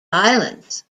islands